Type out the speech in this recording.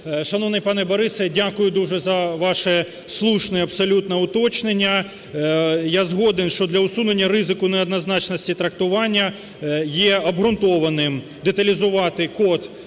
Шановний пане Борисе, дякую дуже за ваше слушне абсолютно уточнення. Я згоден, що для усунення ризику неоднозначності трактування є обґрунтованим деталізувати код